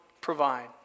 provide